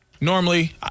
Normally